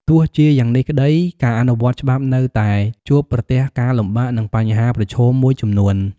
ទោះជាយ៉ាងនេះក្ដី ការអនុវត្តច្បាប់នៅតែជួបប្រទះការលំបាក និងបញ្ហាប្រឈមមួយចំនួន។